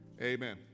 amen